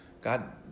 God